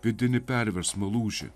vidinį perversmą lūžį